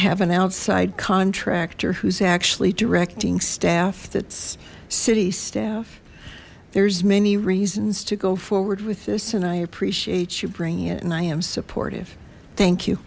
have an outside contractor who's actually directing staff that's city staff there's many reasons to go forward with this and i appreciate you bringing it and i am supportive thank you